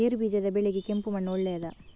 ಗೇರುಬೀಜದ ಬೆಳೆಗೆ ಕೆಂಪು ಮಣ್ಣು ಒಳ್ಳೆಯದಾ?